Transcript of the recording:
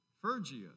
Phrygia